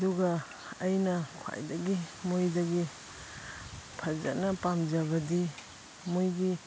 ꯑꯗꯨꯒ ꯑꯩꯅ ꯈ꯭ꯋꯥꯏꯗꯒꯤ ꯃꯣꯏꯗꯒꯤ ꯐꯖꯅ ꯄꯥꯝꯖꯕꯗꯤ ꯃꯣꯏꯒꯤ